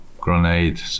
grenade